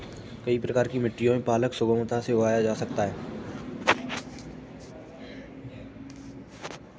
कई प्रकार की मिट्टियों में पालक सुगमता से उगाया जा सकता है